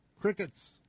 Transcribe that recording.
crickets